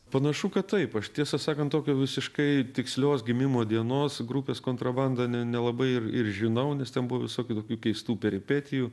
panašu kad taip aš tiesą sakant tokio visiškai tikslios gimimo dienos grupės kontrabanda ne nelabai ir ir žinau nes ten buvo visokių tokių keistų peripetijų